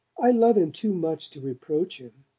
i love him too much to reproach him!